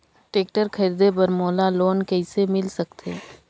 Tractor खरीदे बर मोला लोन कइसे मिल सकथे?